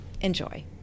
Enjoy